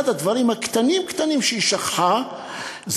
אחד הכללים הקטנים-קטנים שהיא שכחה זה